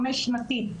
חמש-שנתית,